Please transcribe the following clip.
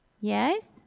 Yes